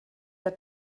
der